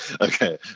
Okay